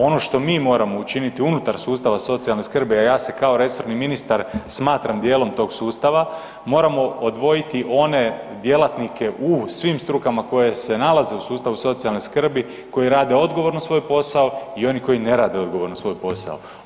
Ono što mi moramo učiniti unutar sustava socijalne skrbi a ja se kao resorni ministar smatram djelom tog sustava, moramo odvojiti one djelatnike u svim strukama koje se nalaze u sustavu socijalne skrbi koji rade odgovorno svoj posao i oni koji ne rade odgovorno svoj posao.